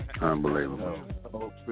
Unbelievable